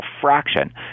fraction